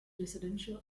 residential